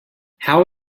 how